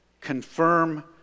confirm